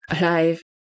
alive